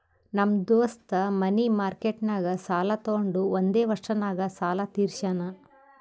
ನಮ್ ದೋಸ್ತ ಮನಿ ಮಾರ್ಕೆಟ್ನಾಗ್ ಸಾಲ ತೊಗೊಂಡು ಒಂದೇ ವರ್ಷ ನಾಗ್ ಸಾಲ ತೀರ್ಶ್ಯಾನ್